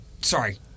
sorry